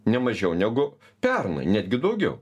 ne mažiau negu pernai netgi daugiau